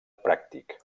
pràctic